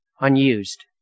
unused